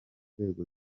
nzego